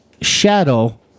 shadow